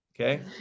okay